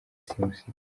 simusiga